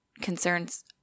concerns